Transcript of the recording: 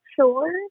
sure